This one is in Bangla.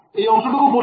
এই অংশ্তুকু পরিস্কার